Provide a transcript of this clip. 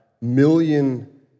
million